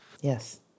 Yes